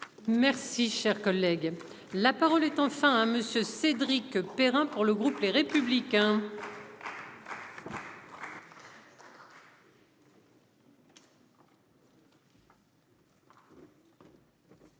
Merci, cher collègue, la parole est enfin un Monsieur Cédric Perrin pour le groupe Les Républicains. Monsieur